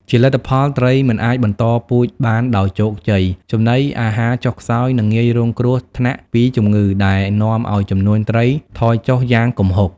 ជាលទ្ធផល ត្រីមិនអាចបន្តពូជបានដោយជោគជ័យ ចំណីអាហារចុះខ្សោយ និងងាយរងគ្រោះថ្នាក់ពីជំងឺ ដែលនាំឱ្យចំនួនត្រីថយចុះយ៉ាងគំហុក។